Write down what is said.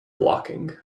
blocking